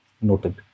Noted